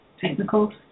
technical